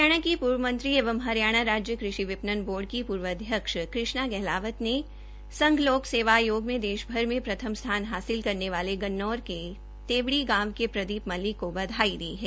हरियाणा की पूर्व मंत्री एवं हरियाणा राज्य कृषि विपणन बोर्ड की पूर्व अध्यक्ष कृष्णा गहलावत ने संघ लोक सेवा आयोग यूपीएसई में देश भर में प्रथम स्थान हासिल करने वाले गन्नौर के तेवड़ी गांव क प्रदीप मलिक को बधाई दी है